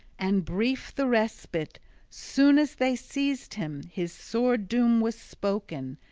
and brief the respite soon as they seized him, his sword-doom was spoken,